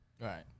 right